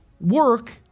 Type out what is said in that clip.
work